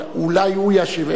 אבל אולי הוא ישיב,